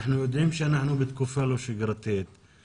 אנחנו יודעים שאנחנו בתקופה לא שגרתית.